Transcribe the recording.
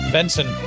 Benson